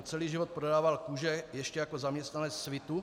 Celý život prodával kůže ještě jako zaměstnanec Svitu.